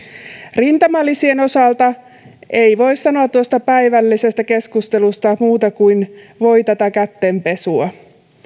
rintamalisien osalta ei voi sanoa tuosta päivällisestä keskustelusta muuta kuin voi tätä kätten pesua